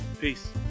Peace